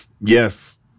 Yes